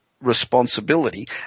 responsibility